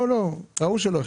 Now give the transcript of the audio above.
לא, ראו שלא הכינותי.